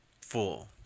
full